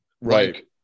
right